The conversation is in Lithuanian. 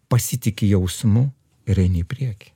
pasitiki jausmu ir eini į priekį